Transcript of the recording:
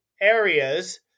areas